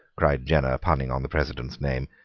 cried jenner, punning on the president's name.